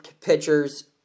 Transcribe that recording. pitchers